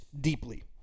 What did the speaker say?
deeply